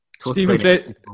Stephen